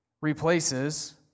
replaces